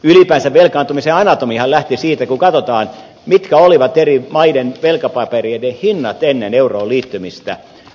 ylipäänsä velkaantumisen anatomiahan lähtee siitä kun katsotaan mitkä olivat eri maiden velkapapereiden hinnat ennen euroon liittymistä